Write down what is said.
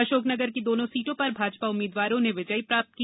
अशोकनगर की दोनों सीटों पर भाजपा उम्मीदवारों ने विजय प्राप्त की